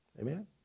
Amen